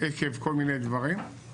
עקב כל מיני דברים.